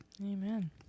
Amen